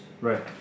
Right